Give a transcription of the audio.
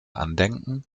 andenken